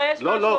לא לא.